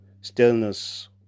Stillness